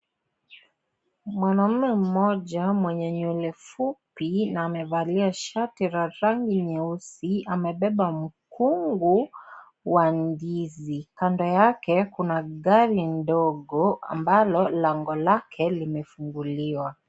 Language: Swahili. Mwanaume mmoja mwenye nywele fupi na amevalia shati la rangi nyeusi , amebeba mkungu wa ndizi kando yake kuna gari ndogo ambalo lango kake limefungwa .